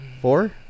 Four